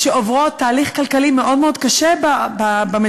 שעוברות תהליך כלכלי מאוד מאוד קשה במציאות